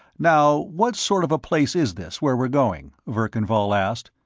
now, what sort of a place is this, where we're going? verkan vall asked.